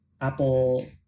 Apple